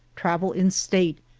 travel in state,